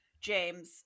James